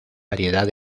variedad